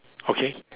okay